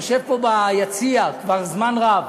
אני רוצה לומר שיושב פה ביציע כבר זמן רב